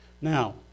Now